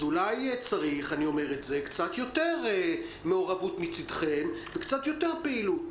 אז אולי צריך קצת יותר מעורבות מצדכם וקצת יותר פעילות.